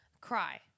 cry